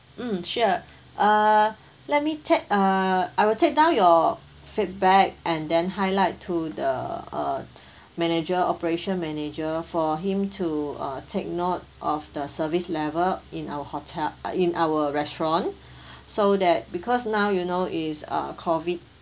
mm sure err let me take err I will take down your feedback and then highlight to the uh manager operation manager for him to uh take note of the service level in our hote~ uh in our restaurant so that because now you know is uh COVID